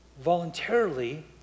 voluntarily